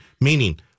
meaning